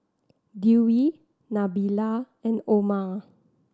Dewi Nabila and Omar